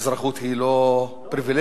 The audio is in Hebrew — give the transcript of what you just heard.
אזרחות היא לא פריווילגיה,